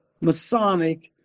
Masonic